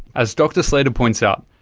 as dr slater points out,